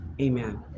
Amen